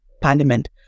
parliament